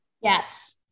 Yes